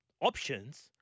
options